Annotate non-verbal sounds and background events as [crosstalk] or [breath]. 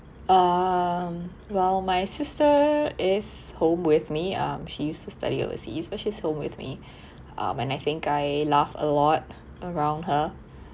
um well my sister is home with me um she used to study overseas but she's home with me [breath] um and I think I laugh a lot around her